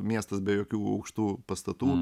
miestas be jokių aukštų pastatų